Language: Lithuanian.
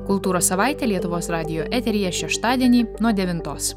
kultūros savaitė lietuvos radijo eteryje šeštadienį nuo devintos